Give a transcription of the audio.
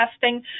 testing